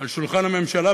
על שולחן הממשלה,